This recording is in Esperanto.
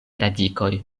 radikoj